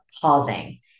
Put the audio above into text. pausing